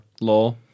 law